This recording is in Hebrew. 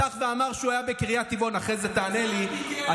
החוק לתיקון דיני הראיות